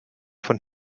von